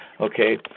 okay